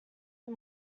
him